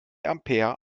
ampere